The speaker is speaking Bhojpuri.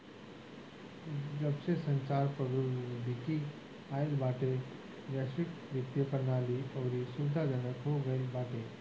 जबसे संचार प्रौद्योगिकी आईल बाटे वैश्विक वित्तीय प्रणाली अउरी सुविधाजनक हो गईल बाटे